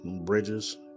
bridges